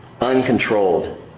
uncontrolled